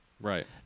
Right